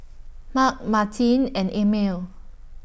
Mark Martine and Emil